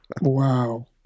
Wow